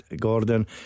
Gordon